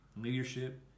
leadership